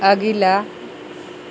अगिला